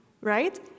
right